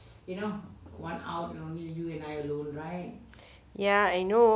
ya I know